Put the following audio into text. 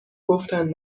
گفتن